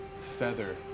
feather